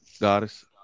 Goddess